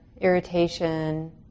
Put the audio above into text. irritation